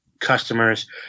customers